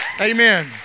Amen